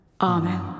Amen